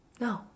no